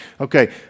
Okay